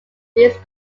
these